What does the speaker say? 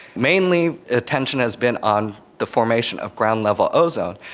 mainly attention has been on the formation of ground level ozone,